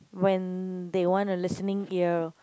when they want a listening ear